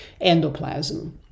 endoplasm